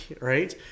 right